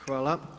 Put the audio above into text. Hvala.